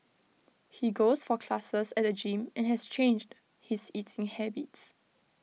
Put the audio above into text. he goes for classes at the gym and has changed his eating habits